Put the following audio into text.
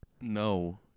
No